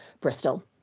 Bristol